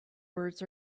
words